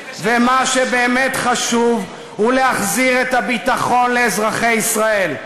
ומה שבאמת חשוב הוא להחזיר את הביטחון לאזרחי ישראל.